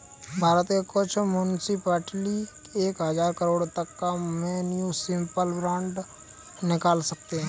भारत के कुछ मुन्सिपलिटी एक हज़ार करोड़ तक का म्युनिसिपल बांड निकाल सकते हैं